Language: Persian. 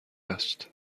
هست